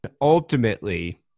Ultimately